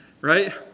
right